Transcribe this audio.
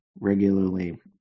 regularly